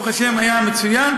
ברוך השם היה מצוין,